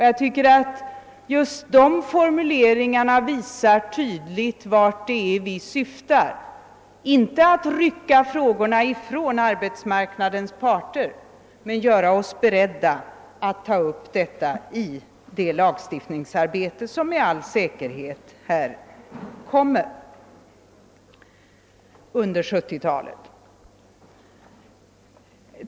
Jag tycker att just dessa uttalanden tydligt visar vart vi syftar: inte att rycka frågorna ifrån arbetsmarknadens parter utan att göra oss beredda att ta upp detta i det lagstiftningsarbete som med all säkerhet kommer att bli aktuellt i denna fråga under 1970-talet.